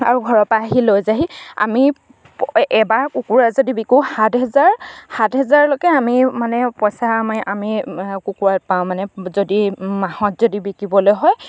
আৰু ঘৰৰপা আহি লৈ যায়হি আমি এবাৰ কুকুৰা যদি বিকো সাত হেজাৰ সাত হেজাৰলৈকে আমি মানে পইচা আমি কুকুৰাত পাওঁ মানে যদি মাহত যদি বিকিবলৈ হয়